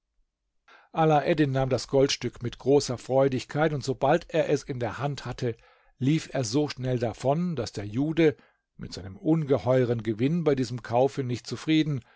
alaeddin nahm das goldstück mit großer freudigkeit und sobald er es in der hand hatte lief er so schnell davon daß der jude mit seinem ungeheuren gewinn bei diesem kaufe nicht zufrieden